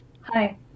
hi